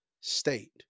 state